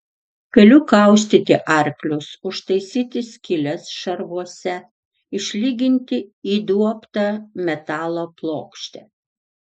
galiu kaustyti arklius užtaisyti skyles šarvuose išlyginti įduobtą metalo plokštę